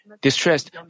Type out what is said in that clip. distressed